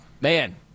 man